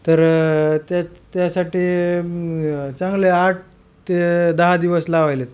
तर त्या त्यासाठी चांगले आठ ते दहा दिवस लावायले आहेत